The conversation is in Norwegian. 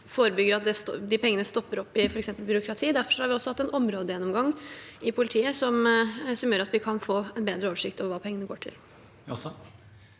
forebygger at de pengene stopper opp i f.eks. byråkrati. Derfor har vi også hatt en områdegjennomgang i politiet, noe som gjør at vi kan få en bedre oversikt over hva pengene går til.